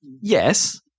yes